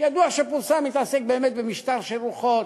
כי הדוח שפורסם מתעסק באמת במשטר של רוחות,